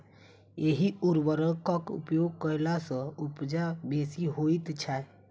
एहि उर्वरकक उपयोग कयला सॅ उपजा बेसी होइत छै